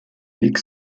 weg